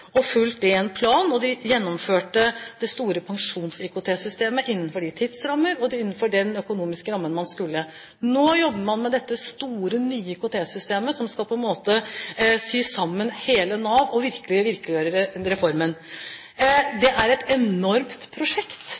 og fulgt det i en plan, og de gjennomførte det store pensjons-IKT-systemet innenfor de tidsrammer og innenfor den økonomiske rammen man skulle. Nå jobber man med dette store, nye IKT-systemet, som på en måte skal sy sammen hele Nav og virkelig virkeliggjøre reformen. Det er et enormt prosjekt.